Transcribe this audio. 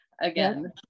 again